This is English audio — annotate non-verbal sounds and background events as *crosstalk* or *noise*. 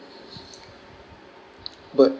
*noise* but